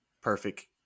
Perfect